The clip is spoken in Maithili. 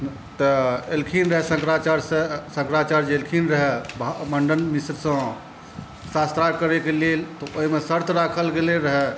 तऽ अएलखिन रहै शंकराचार्यसँ शंकराचार्य अएलखिन रहै मण्डन मिश्रसँ शास्त्रार्थ करैके लेल ओहिमे शर्त राखल गेलै रहै